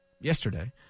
yesterday